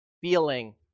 feeling